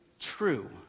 true